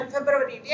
February